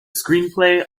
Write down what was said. screenplay